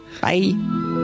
Bye